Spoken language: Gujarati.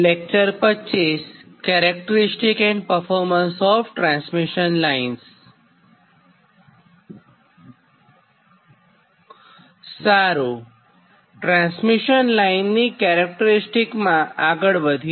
સારું ટ્રાન્સમિશન લાઇનની કેરેક્ટરીસ્ટીકમાં આગળ વધીએ